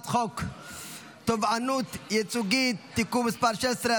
חוק תובענות ייצוגיות (תיקון מס' 16),